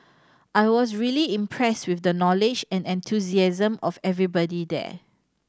I was really impressed with the knowledge and enthusiasm of everybody there